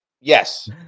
yes